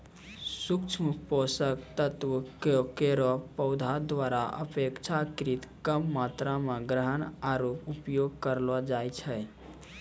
सूक्ष्म पोषक तत्व केरो पौधा द्वारा अपेक्षाकृत कम मात्रा म ग्रहण आरु उपयोग करलो जाय छै